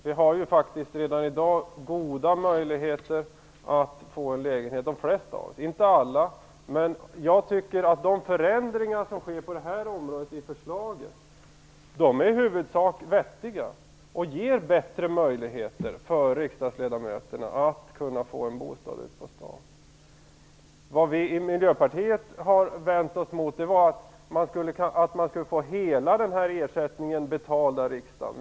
Vi har redan i dag goda möjligheter att få en lägenhet. Det gäller de flesta av oss, men inte alla. Jag tycker att de förändringar som sker på detta område enligt förslaget i huvudsak är vettiga och ger bättre möjligheter för riksdagsledamöterna att kunna få en bostad ute på stan. Vad vi i Miljöpartiet har vänt oss mot var att man skulle få hela denna kostnad betald av riksdagen.